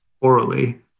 orally